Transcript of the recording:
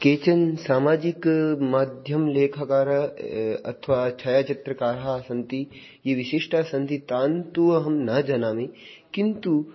केचन सामाजिकमाध्यमलेखाकारः अथवा छायाचित्रकाराः सन्ति ये विशिष्टाः सन्ति तान्तु अहं न जानामि किन्तु